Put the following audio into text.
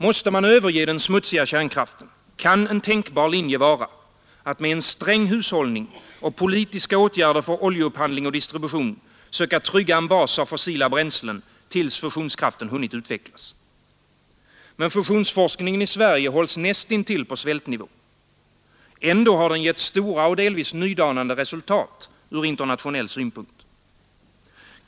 Måste man överge den smutsiga kärnkraften kan en tänkbar linje vara att med en sträng hushållning och politiska åtgärder för oljeupphandling och distribution söka trygga en bas av fossila bränslen tills fusionskraften hunnit utvecklas. Men fusionsforskningen i Sverige hålls näst intill på svältnivå. Ändå har den gett stora och delvis nydanande resultat från internationell synpunkt.